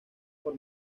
por